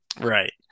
Right